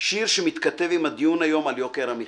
שיר שמתכתב עם הדיון היום על יוקר המחיה.